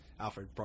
alfred